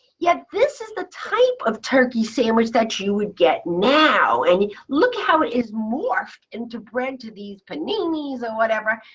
yet, this is the type of turkey sandwich that you would get now. and look how it has morphed into bread to these paninis or whatever.